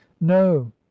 no